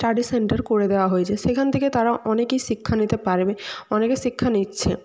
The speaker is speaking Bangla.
স্টাডি সেন্টার করে দেওয়া হয়েছে সেখান থেকে তারা অনেকেই শিক্ষা নিতে পারবে অনেকে শিক্ষা নিচ্ছে